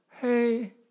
hey